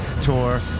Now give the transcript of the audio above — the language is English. tour